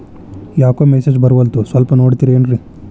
ಯಾಕೊ ಮೆಸೇಜ್ ಬರ್ವಲ್ತು ಸ್ವಲ್ಪ ನೋಡ್ತಿರೇನ್ರಿ?